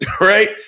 Right